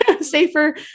Safer